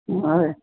হয়